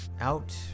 out